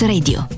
Radio